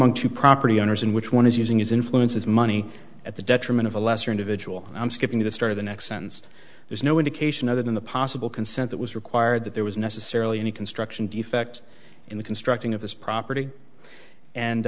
two property owners in which one is using his influence as money at the detriment of a lesser individual i'm skipping to the start of the next sentence there's no indication other than the possible consent that was required that there was necessarily any construction defect in the constructing of this property and